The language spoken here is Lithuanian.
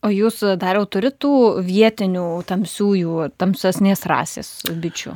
o jūs dariau turit tų vietinių tamsiųjų tamsesnės rasės bičių